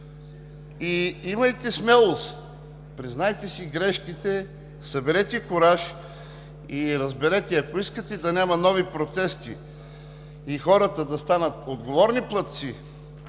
Имайте смелост, признайте си грешките, съберете кураж и разберете: ако искате да няма нови протести и хората да станат отговорни платци